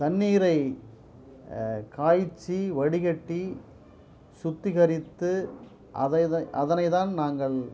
தண்ணீரை காய்ச்சி வடிகட்டி சுத்திகரித்து அதை அதனை தான் நாங்கள்